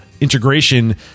integration